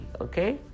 okay